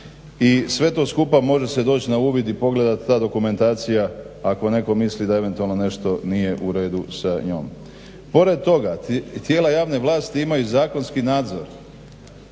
i sve to skupa može se doći na uvid i pogledat ta dokumentacija ako netko misli da eventualno nije u redu s njom. Pored toga tijela javne vlasti imaju zakonski nadzor.